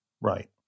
Right